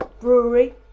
brewery